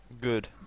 Good